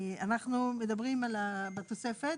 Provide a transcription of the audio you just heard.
אנחנו מדברים על התוספת.